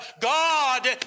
God